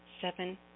seven